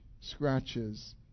scratches